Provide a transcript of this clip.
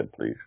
please